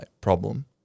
problem